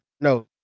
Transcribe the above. no